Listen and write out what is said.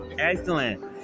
Excellent